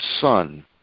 Son